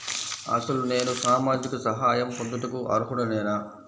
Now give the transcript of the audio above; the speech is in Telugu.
అసలు నేను సామాజిక సహాయం పొందుటకు అర్హుడనేన?